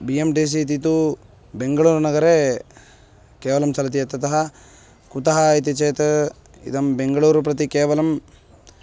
B M T C इति तु बेङ्गलूरुनगरे केवलं चलति इत्यतः कुतः इति चेत् इदं बेङ्गलूरु प्रति केवलं